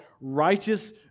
righteous